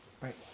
Right